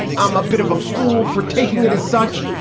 i'm a bit of a fool for taking it as such.